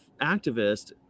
activist